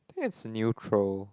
that's neutral